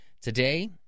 Today